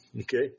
okay